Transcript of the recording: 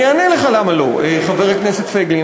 למה לא, אני אענה לך למה לא, חבר הכנסת פייגלין.